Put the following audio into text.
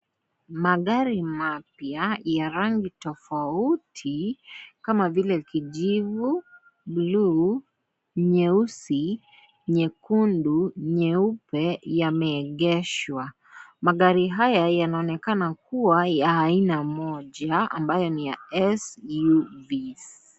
Magari mapya ya rangi tofauti kama vile kijivu, bluu, nyeusi, nyekundu, nyeupe yameegeshwa. Magari haya yanaonekana kuwa ya Aina moja ambayo ni SUVs.